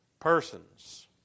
persons